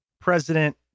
president